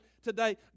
Today